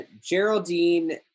Geraldine